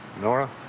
Nora